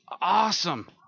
awesome